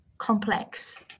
complex